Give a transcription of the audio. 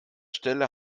stelle